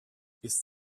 ist